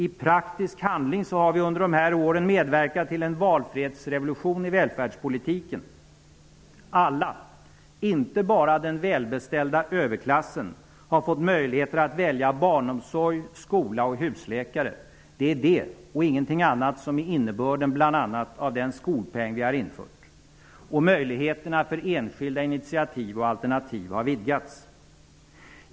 I praktisk handling har vi under dessa år medverkat till en valfrihetsrevolution i välfärdspolitiken. Alla -- inte bara den välbeställda överklassen -- har fått möjlighet att välja barnomsorg, skola och husläkare. Det och intenting annat är innebörden bl.a. i den skolpeng som vi har infört. Och möjligheterna för enskilda initiativ och alternativ har vidgats.